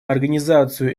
организацию